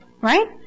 right